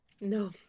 No